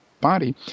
body